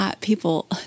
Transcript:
people